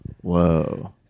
Whoa